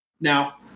now